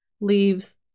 leaves